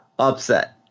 upset